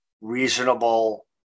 reasonable